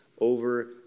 over